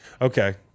Okay